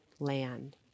Land